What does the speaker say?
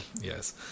Yes